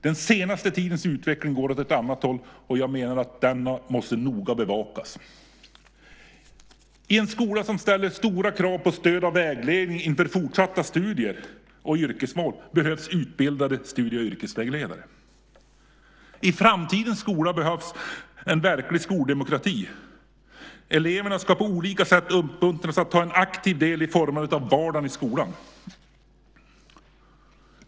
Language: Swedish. Den senaste tidens utveckling går åt ett annat håll. Jag menar att denna fråga måste bevakas noga. I en skola som ställer stora krav på stöd och vägledning inför fortsatta studier och yrkesmål behövs utbildade studie och yrkesvägledare. I framtidens skola behövs en verklig skoldemokrati. Eleverna ska på olika sätt uppmuntras att ta en aktiv del i formandet av vardagen i skolan.